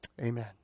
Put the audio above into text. Amen